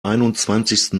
einundzwanzigsten